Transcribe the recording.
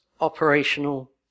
operational